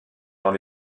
dans